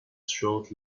short